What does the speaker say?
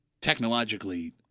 technologically